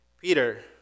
Peter